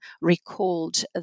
recalled